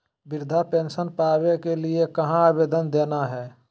वृद्धा पेंसन पावे के लिए कहा आवेदन देना है?